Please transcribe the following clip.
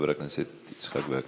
בבקשה, חבר הכנסת יצחק וקנין.